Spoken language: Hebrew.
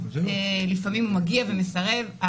לפעמים הוא מגיע ומסרב.